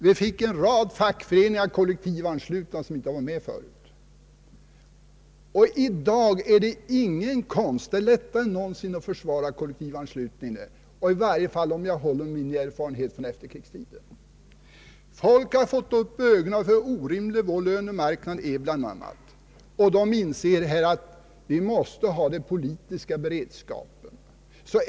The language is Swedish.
Vi fick en rad fackföreningar kollektivanslutna vilka inte varit med tidigare, och i dag är det lättare än någonsin att försvara kollektivanslutningen, i varje fall om jag håller mig till min erfarenhet från efterkrigstiden. Folk har bl.a. fått upp ögonen för hur orimlig vår lönemarknad är och inser att vi måste ha den politiska beredskapen.